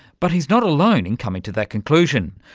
but he's not alone in coming to that conclusion.